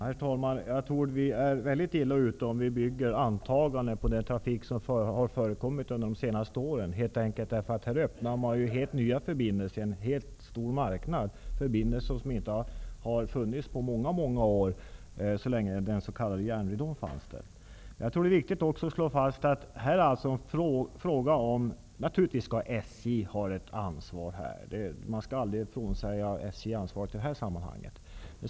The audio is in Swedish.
Herr talman! Jag tror att vi är väldigt illa ute om vi bygger antaganden på statistiken över den trafik som har förekommit under de senaste åren. Här öppnas helt nya förbindelser, en helt ny marknad -- förbindelser som inte har funnits på många år så länge den s.k. järnridån fanns. Naturligtvis skall SJ ta sitt ansvar här, man skall aldrig frånsäga SJ ansvaret i sammanhanget.